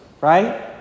right